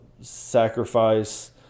sacrifice